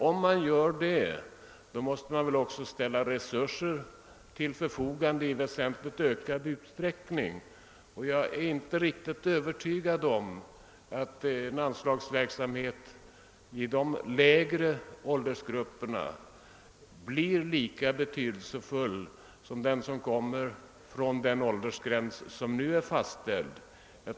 Om så sker måste även resurser ställas till förfogande i väsentligt ökad omfattning, och jag är inte riktigt övertygad om att en under stödd verksamhet i de lägre åldersgrupperna blir lika betydelsefull som inom de åldersgränser som nu är fastställda.